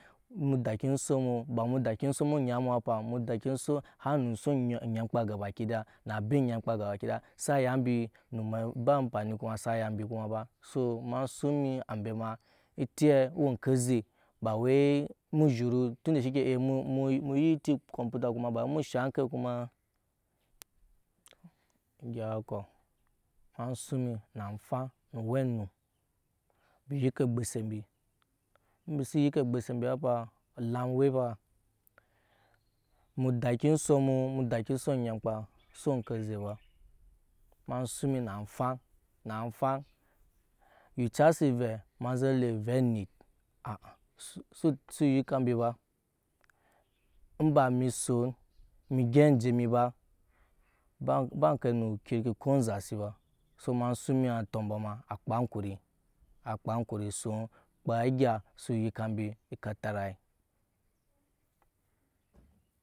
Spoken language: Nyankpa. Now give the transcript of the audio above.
Emu daki ensɔk emu ba emu daki ensøk mu nyaa emu afa mu daki ensɔk har ne ensɔk anyankpe gabakida na abe nyamkpa gabakida na abe nyamkpa gabakida sa ya embi ba ampani kuma sa ya embi ba so ema sun ambe emu etiye owe enke eze bawe zhuu mu ya eti enkomputa kuma ba wei emu shaŋ enke kuma ema shuŋ emi afaŋ nu owe onum embi eyike obgose embi mbi si yike ogbose mbi apa elaŋ ewe faa mu daki enɔɔk nu emu daki ensɔk anyamkpa su we daki ensɔk anyankpa su we oŋke oze ba ema suɲ emi na afaŋ na afaŋ yi casa si vee ema ze lee pvɛ anit su yika embi ba emba emi soon emi yɛp anje emi baba enke nu kirki ko nzasi ba so ema suŋ emi atɔmbo ema a kpaakuri kpaa mbi ankuri akpaa ankuri a soon a kpaa egga su eyika embi.